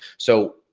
so,